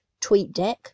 TweetDeck